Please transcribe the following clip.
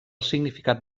significat